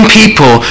people